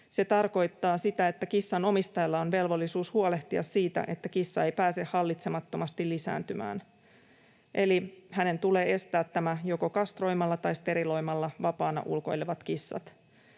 Se tarkoittaa sitä, että kissanomistajalla on velvollisuus huolehtia siitä, että kissa ei pääse hallitsemattomasti lisääntymään, eli hänen tulee estää tämä joko kastroimalla tai steriloimalla vapaana ulkoilevat kissat.